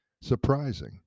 surprising